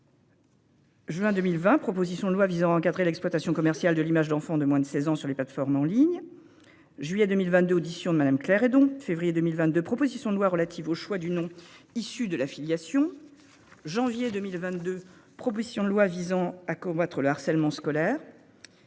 Juin 2020, proposition de loi visant à encadrer l'exploitation commerciale de l'image d'enfants de moins de 16 ans sur les plateformes en ligne. Juillet 2022, audition de Madame, Claire Hédon, février 2022 propositions de loi relative au choix du nom issu de la filiation. Janvier 2022, proposition de loi visant à combattre le harcèlement scolaire.